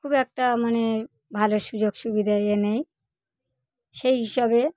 খুব একটা মানে ভালো সুযোগ সুবিধা ইয়ে নেই সেই হিসাবে